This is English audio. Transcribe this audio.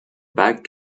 back